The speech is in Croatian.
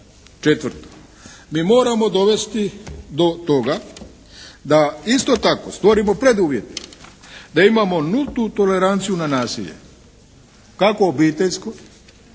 Četvrto, mi moramo dovesti do toga da isto tako stvorimo preduvjete da imamo nultu toleranciju na nasilje kako obiteljsko